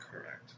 correct